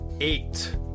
eight